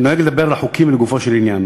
אני נוהג לדבר על החוקים לגופו של עניין,